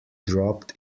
dropped